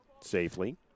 safely